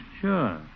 Sure